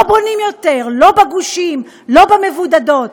לא בונים יותר: לא בגושים, לא במבודדות.